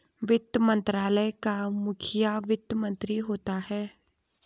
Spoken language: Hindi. वित्त मंत्रालय का मुखिया वित्त मंत्री होता है